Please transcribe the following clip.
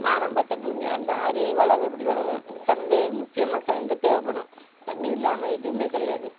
வானம் பார்த்த பூமியாக இருந்தால் அது வளர்றபடி வளரும் இது கரண்ட்டு முக்கியமாககரண்ட்டு தேவைப்படும் தண்ணி இல்லாமல் எதுவுமே கிடையாது